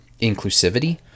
inclusivity